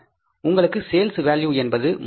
உங்களுக்கு sales value என்பது ரூ300000